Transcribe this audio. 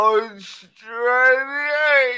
Australia